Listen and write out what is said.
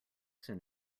soon